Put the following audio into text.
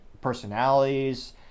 personalities